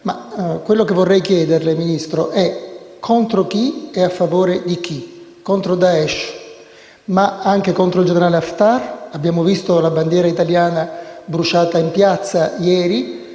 ma quello che vorrei chiederle, signor Ministro, è: contro chi e a favore di chi. Contro Daesh? Ma anche contro il generale Haftar? Abbiamo visto la bandiera italiana bruciata in piazza ieri.